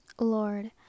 Lord